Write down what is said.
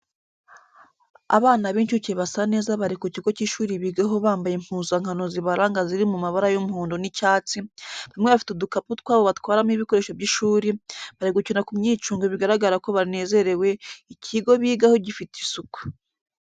Abana b'incuke basa neza bari ku kigo cy'ishuri bigaho bambaye impuzankano zibaranga ziri mu mabara y'umuhondo n'icyatsi, bamwe bafite udukapu twabo batwaramo ibikoresho by'ishuri, bari gukina ku myicungo bigaragara ko banezerewe, ikigo bigaho gifite isuku.